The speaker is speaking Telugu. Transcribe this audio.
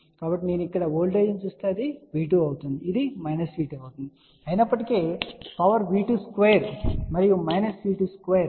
కాబట్టి నేను ఇక్కడ వోల్టేజ్ను చూస్తే ఇది V2 అవుతుంది మరియు ఇది V2 అవుతుంది అయినప్పటికీ పవర్ V22 మరియు 2 ఒకటే సరే